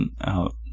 out